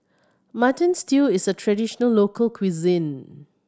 Mutton Stew is a traditional local cuisine